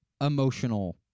emotional